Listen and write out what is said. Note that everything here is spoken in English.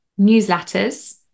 newsletters